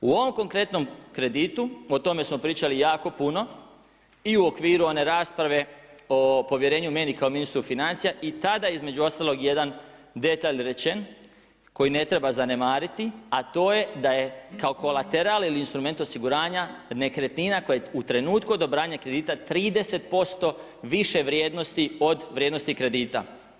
U ovom konkretnom kreditu, o tome smo pričali jako puno i u okviru one rasprave o povjerenju meni kao ministru financija i tada između ostalog jedan detalj rečen koji ne treba zanemariti a to je da je kao kolateral ili instrument osiguranja nekretnina koje u trenutku odobravanja kredita 30% više vrijednosti od vrijednosti kredita.